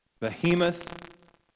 Behemoth